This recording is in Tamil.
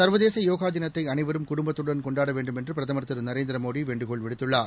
சர்வதேச யோகா தினத்தை அனைவரும் குடும்பத்தடன் கொண்டாட வேண்டும் என்று பிரதமர் திரு நரேந்திர மோடி வேண்டுகோள் விடுத்துள்ளார்